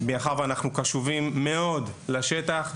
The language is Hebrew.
מאחר ואנחנו קשובים מאוד לשטח,